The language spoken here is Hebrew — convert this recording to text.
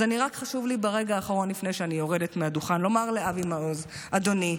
אז חשוב לי ברגע האחרון לפני שאני יורדת מהדוכן לומר לאבי מעוז: אדוני,